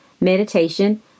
Meditation